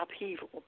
upheaval